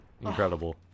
Incredible